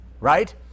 right